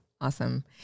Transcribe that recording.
Awesome